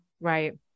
Right